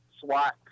SWAT